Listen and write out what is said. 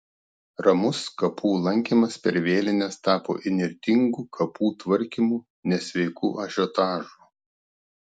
ramus kapų lankymas per vėlines tapo įnirtingu kapų tvarkymu nesveiku ažiotažu